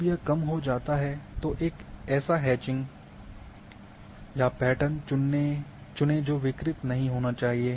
जब यह कम हो जाता है तो एक ऐसा हैचिंग या पैटर्न चुनें जो विकृत नहीं होना चाहिए